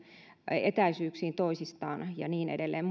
etäisyyksiin toisistaan ja niin edelleen